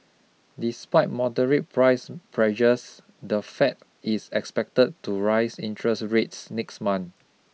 despite moderate price pressures the Fed is expected to raise interest rates next month